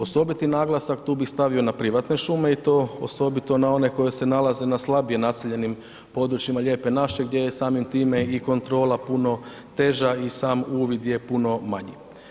Osobiti naglasak tu bih stavio na privatne šume i to osobito na one koji se nalaze na slabije naseljenim područjima lijepe naše gdje je samim time i kontrola puno teža i sam uvid je puno manji.